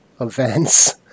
events